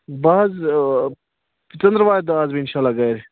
بہٕ حظ ژٔنٛدروارِ دۄہ آسہٕ بہٕ اِنشااللہ گَرِ